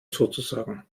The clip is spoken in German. sozusagen